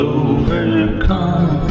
overcome